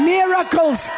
Miracles